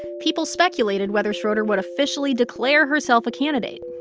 people speculated whether schroeder would officially declare herself a candidate.